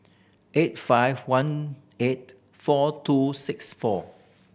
eight five one eight four two six four